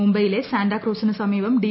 മുംബൈയിലെ സാന്റാക്രൂസിന് സമീപം ഡി